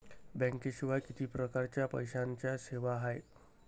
बँकेशिवाय किती परकारच्या पैशांच्या सेवा हाय?